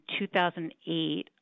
2008